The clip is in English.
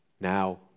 now